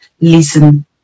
listen